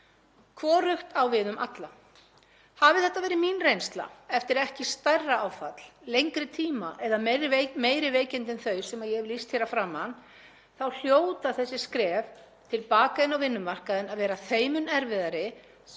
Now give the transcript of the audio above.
Hvorugt á við um alla. Hafi þetta verið mín reynsla eftir ekki stærra áfall, lengri tíma eða meiri veikindi en þau sem ég hef lýst hér að framan þá hljóta þessi skref til baka inn á vinnumarkaðinn að vera þeim mun erfiðari